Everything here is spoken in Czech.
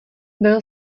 byl